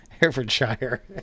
Herefordshire